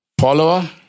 Follower